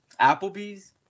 Applebee's